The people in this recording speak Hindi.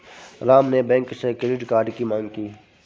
राम ने बैंक से क्रेडिट कार्ड की माँग की